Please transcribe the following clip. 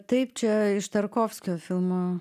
taip čia iš tarkovskio filmo